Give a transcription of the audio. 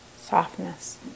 softness